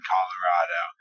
Colorado